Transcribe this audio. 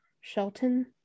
Shelton